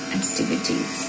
activities